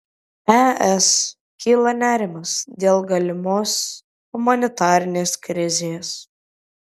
es kyla nerimas dėl galimos humanitarinės krizės